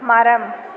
மரம்